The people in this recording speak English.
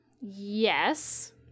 yes